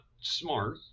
smart